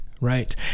Right